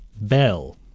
Bell